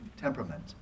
temperament